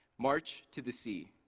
march to the sea,